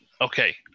Okay